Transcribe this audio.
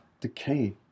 decay